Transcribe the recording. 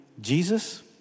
Jesus